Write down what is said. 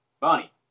Bonnie